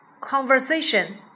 Conversation